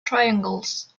triangles